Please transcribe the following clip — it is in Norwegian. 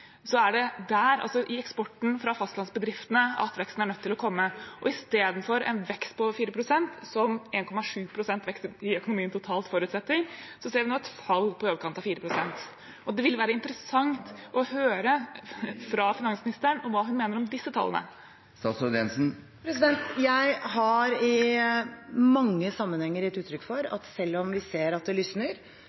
i eksporten fra fastlandsbedriftene at veksten er nødt til å komme, og istedenfor en vekst på over 4 pst., som 1,7 pst. vekst i økonomien totalt forutsetter, ser vi nå et fall på i overkant av 4 pst. Det ville være interessant å høre fra finansministeren hva hun mener om disse tallene. Da er tiden ute. Jeg har i mange sammenhenger gitt uttrykk for at selv om vi ser at det lysner,